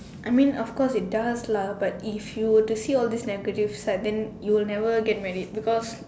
I mean of course it does lah but if you were to see all these negative side then you will never get married because